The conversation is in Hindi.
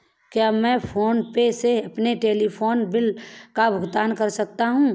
क्या मैं फोन पे से अपने टेलीफोन बिल का भुगतान कर सकता हूँ?